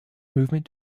movement